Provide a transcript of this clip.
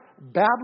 babbling